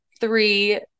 three